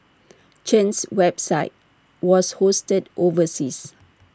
Chen's website was hosted overseas